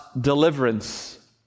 deliverance